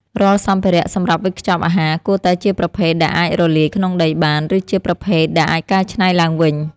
រាល់សម្ភារៈសម្រាប់វេចខ្ចប់អាហារគួរតែជាប្រភេទដែលអាចរលាយក្នុងដីបាន ឬជាប្រភេទដែលអាចកែច្នៃឡើងវិញ។